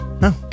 No